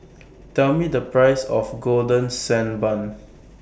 Tell Me The Price of Golden Sand Bun